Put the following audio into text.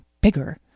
bigger